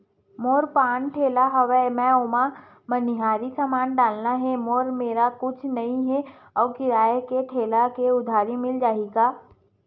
मोर पान ठेला हवय मैं ओमा मनिहारी समान डालना हे मोर मेर कुछ नई हे आऊ किराए के ठेला हे उधारी मिल जहीं का?